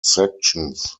sections